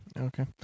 Okay